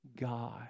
God